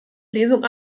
lesung